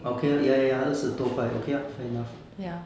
okay lor ya ya ya 二十多块 okay lah 可以 lor